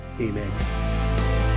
Amen